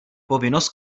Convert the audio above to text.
povinnost